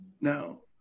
Now